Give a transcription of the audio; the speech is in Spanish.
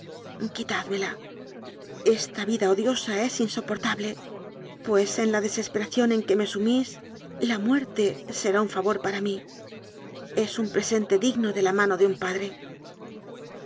quitádmela esta vida odiosa es insoportable pues en la desesperación en que me sumís la muerte será un favor para mí es un presente digno de la mano de un padre